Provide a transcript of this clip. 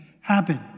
happen